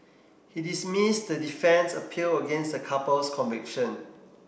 he dismissed the defence appeal against the couple's conviction